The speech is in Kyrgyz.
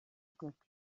көп